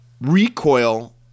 recoil